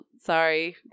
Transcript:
Sorry